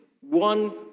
one